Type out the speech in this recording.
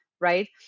right